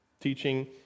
teaching